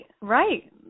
right